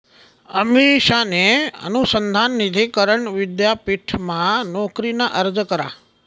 अमिषाने अनुसंधान निधी करण विद्यापीठमा नोकरीना अर्ज करा